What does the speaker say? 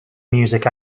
music